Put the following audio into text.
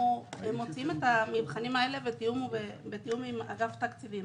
מוציאים את התבחינים בתיאום עם אגף התקציבים.